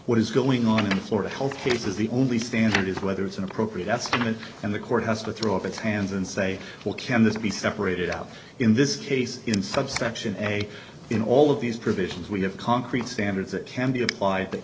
what is going on in florida health cases the only standard is whether it's an appropriate estimate and the court has to throw up its hands and say well can this be separated out in this case in subsection a in all of these provisions we have concrete standards that can be applied to